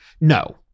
No